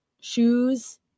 shoes